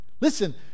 listen